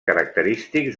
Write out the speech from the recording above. característics